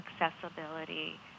accessibility